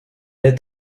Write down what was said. est